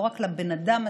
לא רק לבן אדם עצמו,